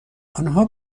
انها